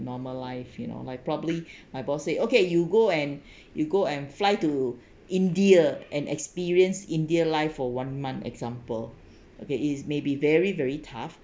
normal life you know like probably my boss say okay you go and you go and fly to india and experience india life for one month example okay it is may be very very tough